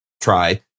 try